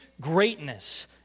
greatness